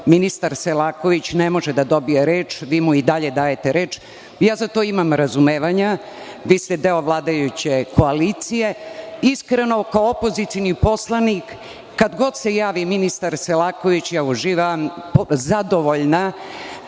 ministar Selaković ne može da dobije reč, a vi mu i dalje dajete reč. Za to imam razumevanja, vi ste deo vladajuće koalicije. Iskreno, kao opozicioni poslanik, kad god se javi ministar Selaković uživam, zadovoljna